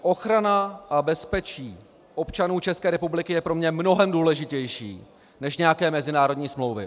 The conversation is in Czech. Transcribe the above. Ochrana a bezpečí občanů České republiky je pro mě mnohem důležitější než nějaké mezinárodní smlouvy.